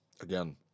again